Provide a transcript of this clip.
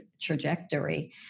trajectory